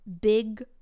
big